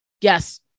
Yes